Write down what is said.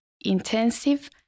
intensive